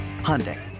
Hyundai